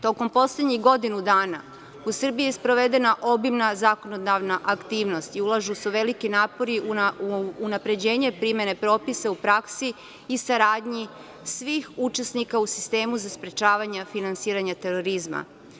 Tokom poslednjih godinu dana u Srbiji je sprovedena obimna zakonodavna aktivnost i ulažu se veliki napori u unapređenje primene propisa u praksi i saradnji svih učesnika u sistemu za sprečavanje finansiranja terorizma.